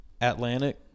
Atlantic